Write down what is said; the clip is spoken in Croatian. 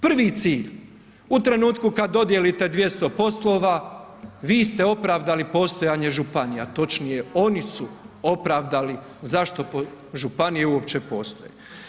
Prvi cilj, u trenutku kad dodijelite 200 poslova, vi ste opravdali postojanje županija, točnije, oni su opravdali zašto županije uopće postoje.